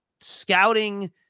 scouting